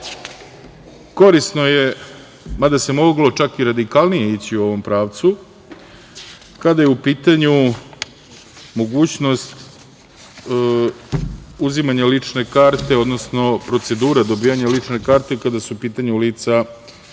je, mada se moglo čak i radikalnije ići u ovom pravcu, kada je u pitanju mogućnost uzimanja lične karte, odnosno procedura dobijanja lične karte kada su u pitanju lica maloletna,